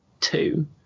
Two